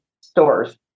stores